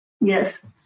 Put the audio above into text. yes